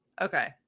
Okay